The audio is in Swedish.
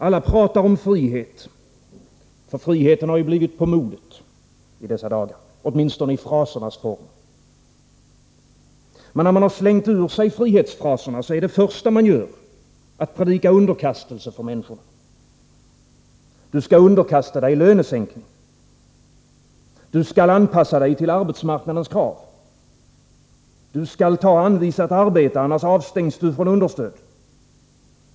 Alla pratar om frihet, ty friheten har ju blivit på modet i dessa dagar, åtminstone i frasernas form. Men när man slängt ur sig frihetsfraserna, så är det första man gör att predika underkastelse för människorna. Du skall underkasta dig lönesänkning. Du skall anpassa dig till arbetsmarknadens krav. Du skall ta anvisat arbete, annars avstängs du från understöd.